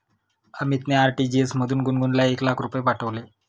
अमितने आर.टी.जी.एस मधून गुणगुनला एक लाख रुपये पाठविले